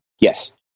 Yes